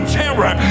terror